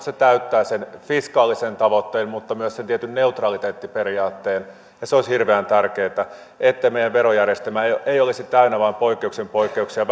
se täyttää sen fiskaalisen tavoitteen mutta myös sen tietyn neutraliteettiperiaatteen ja se olisi hirveän tärkeätä että meidän verojärjestelmä ei olisi täynnä vain poikkeuksen poikkeuksia